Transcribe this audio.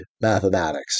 mathematics